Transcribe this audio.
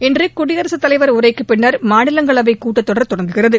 இன்று குடியரசுத் தலைவர் உரைக்குப் பின்னர் மாநிலங்களவை கூட்டத் கொடர் தொடங்குகிறது